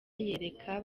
yereka